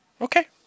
Okay